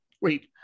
Wait